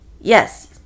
Yes